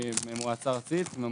אני ממועצת נוער ארצית.